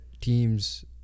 teams